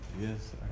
Yes